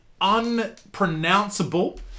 unpronounceable